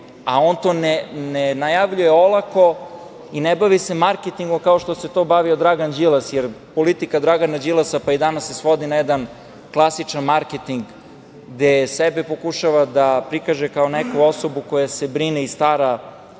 On to ne najavljuje olako i ne bavi se marketingom kao što se tim bavio Dragan Đilas. Politika Dragana Đilasa se i danas svodi na jedna klasičan marketing gde se pokušava da prikaže kao neku osobu koja se brine i stara